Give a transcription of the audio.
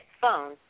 phone